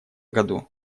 году